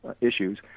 issues